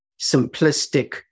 simplistic